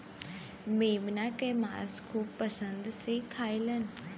मेमना के मांस खूब पसंद से खाएलन